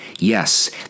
Yes